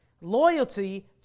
Loyalty